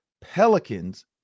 Pelicans